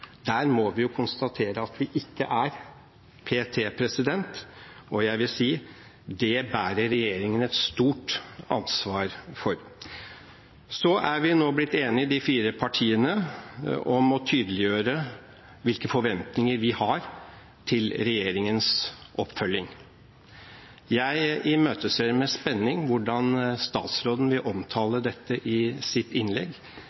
Der må vi konstatere at vi p.t. ikke er, og det bærer regjeringen et stort ansvar for. De fire partiene har nå blitt enige om å tydeliggjøre hvilke forventninger vi har til regjeringens oppfølging. Jeg imøteser med spenning hvordan statsråden vil omtale dette i sitt innlegg.